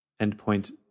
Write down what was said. Endpoint